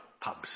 pubs